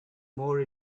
more